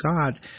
God